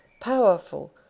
powerful